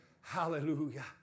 Hallelujah